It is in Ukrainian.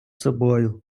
собою